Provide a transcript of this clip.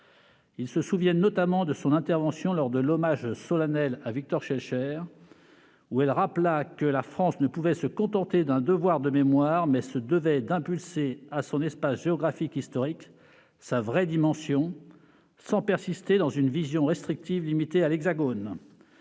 Ils se souviennent notamment de son intervention lors de l'hommage solennel à Victor Schoelcher. À cette occasion, elle rappela que la France ne pouvait se contenter d'un devoir de mémoire, mais se devait de donner à son espace géographique historique sa vraie dimension, sans persister dans une vision restrictive, limitée à l'Hexagone.